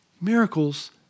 Miracles